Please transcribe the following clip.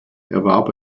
erwarb